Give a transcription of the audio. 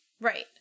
right